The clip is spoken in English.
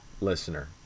listener